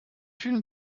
vielen